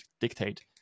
dictate